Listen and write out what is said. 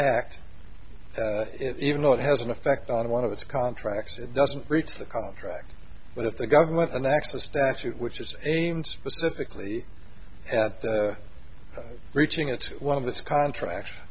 act even though it has an effect on one of its contracts it doesn't breach the contract but if the government an actual statute which is aimed specifically at reaching into one of this contract